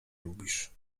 lubisz